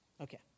Okay